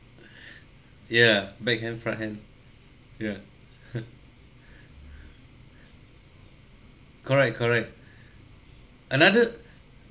yeah backhand fronthand ya correct correct another